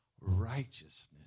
Righteousness